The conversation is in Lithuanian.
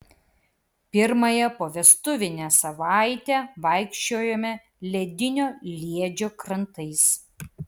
pirmąją povestuvinę savaitę vaikščiojome ledinio liedžio krantais